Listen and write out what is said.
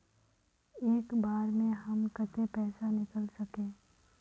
एक बार में हम केते पैसा निकल सके?